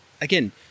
again